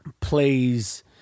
plays